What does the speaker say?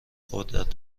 قدرت